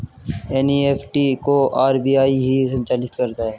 NEFT को RBI ही संचालित करता है